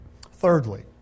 Thirdly